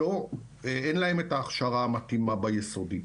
אין להם את ההכשרה המתאימה ביסודי.